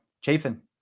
Chafin